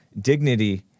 dignity